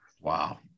Wow